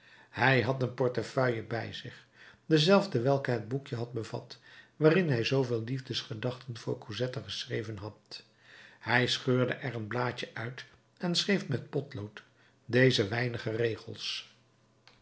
hij had een portefeuille bij zich dezelfde welke het boekje had bevat waarin hij zooveel liefdesgedachten voor cosette geschreven had hij scheurde er een blaadje uit en schreef met potlood deze weinige regels